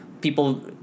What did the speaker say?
people